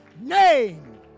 name